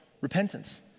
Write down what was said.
repentance